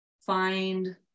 find